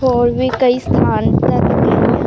ਹੋਰ ਵੀ ਕਈ ਸਥਾਨਤਕ